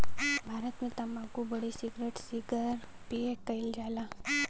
भारत मे तम्बाकू bidi, cigarette cigar पिए मे कइल जाला